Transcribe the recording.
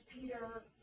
Peter